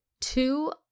two